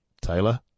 Taylor